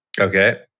Okay